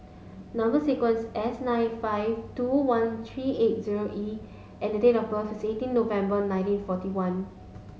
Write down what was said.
number sequence S nine five two one three eight zero E and date of birth is eighteen November nineteen forty one